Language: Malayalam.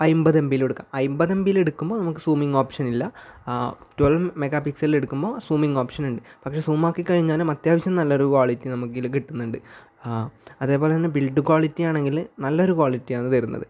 അമ്പത് എംബിയിലും എടുക്കാം അമ്പത് എംബിയിൽ എടുക്കുമ്പോൾ നമുക്ക് സൂമിങ് ഓപ്ഷനില്ല ട്വൽവ് മെഗാ പിക്സിലിൽ എടുക്കുമ്പോൾ സൂമിങ് ഓപ്ഷൻ ഉണ്ട് പക്ഷേ സൂം ആക്കി കഴിഞ്ഞാലും അത്യാവശ്യം നല്ലൊരു ക്വാളിറ്റി നമുക്ക് ഇതിൽ കിട്ടുന്നുണ്ട് ആ അതേപോലെ തന്നെ ബിൽഡ് ക്വാളിറ്റി ആണെങ്കിൽ നല്ലൊരു ക്വാളിറ്റി ആണ് തരുന്നത്